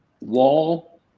wall